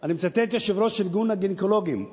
אני מצטט את יושב-ראש ארגון הגינקולוגים,